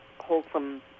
wholesome